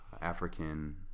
african